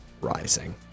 rising